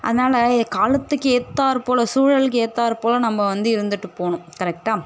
அதனால் எ காலத்துக்கு ஏற்றாற் போல் சூழலுக்கு ஏற்றாற் போல் நம்ம வந்து இருந்துட்டு போகணும் கரெக்டா